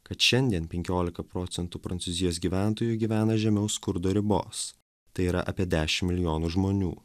kad šiandien penkiolika procentų prancūzijos gyventojų gyvena žemiau skurdo ribos tai yra apie dešim milijonų žmonių